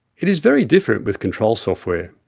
it is very different with control software.